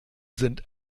sind